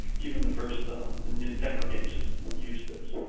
even the first nintendo game system used this.